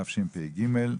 תשפ"ג,